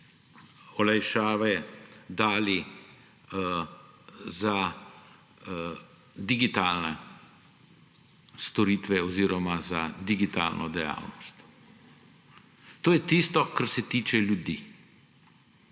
olajšave dali za digitalne storitve oziroma za digitalno dejavnost. To je tisto, kar se tiče ljudi.